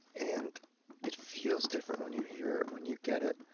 and it feels different when you hear, when you get it.